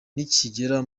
nikigera